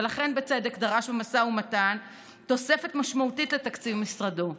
ולכן בצדק דרש במשא ומתן תוספת משמעותית לתקציב משרדו.